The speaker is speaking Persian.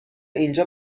اینجا